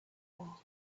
war